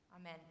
Amen